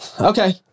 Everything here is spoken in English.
Okay